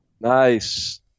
Nice